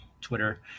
Twitter